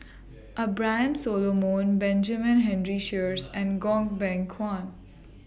Abraham Solomon Benjamin Henry Sheares and Goh Beng Kwan